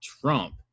Trump